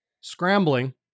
scrambling